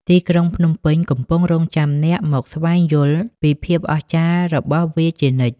ទីក្រុងភ្នំពេញកំពុងរង់ចាំអ្នកមកស្វែងយល់ពីភាពអស្ចារ្យរបស់វាជានិច្ច។